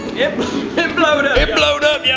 yep, it blowed up. it blowed up yeah